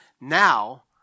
now